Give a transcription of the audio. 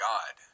God